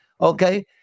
okay